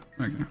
Okay